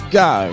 go